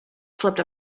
flipped